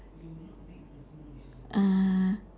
uh